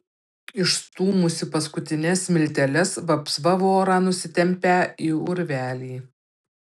išstūmusi paskutines smilteles vapsva vorą nusitempią į urvelį